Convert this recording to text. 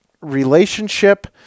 relationship